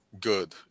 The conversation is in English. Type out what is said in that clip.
good